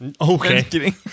Okay